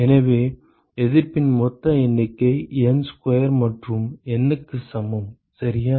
எனவே எதிர்ப்பின் மொத்த எண்ணிக்கை N ஸ்கொயர் மற்றும் N க்கு சமம் சரியா